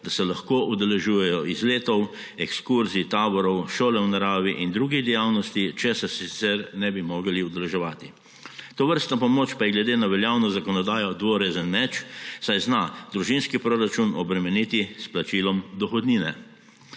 da se lahko udeležujejo izletov, ekskurzij, taborov, šole v naravi in drugih dejavnosti, česar se sicer ne bi mogli udeleževati. Tovrstna pomoč pa je glede na veljavno zakonodajo dvorezen meč, saj zna družinski proračun obremeniti s plačilom dohodnine.